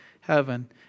heaven